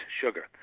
sugar